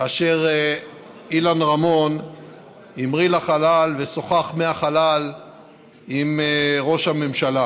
כאשר אילן רמון המריא לחלל ושוחח מהחלל עם ראש הממשלה.